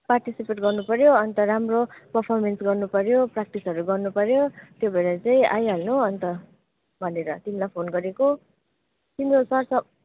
participate गर्नुपऱ्यो अन्त राम्रो पर्फमेन्स गर्नुपऱ्यो प्र्याक्टिसहरू गर्नुपऱ्यो त्यो भएर चाहिँ आइहाल्नु अन्त भनेर तिमीलाई फोन गरेको तिम्रो वाट्सएप